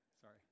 Sorry